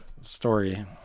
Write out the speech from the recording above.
story